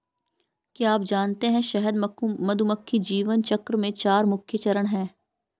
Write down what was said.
क्या आप जानते है शहद मधुमक्खी जीवन चक्र में चार मुख्य चरण है?